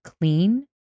clean